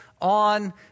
on